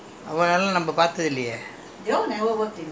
these are our generation lah younger generation fellows